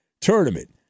tournament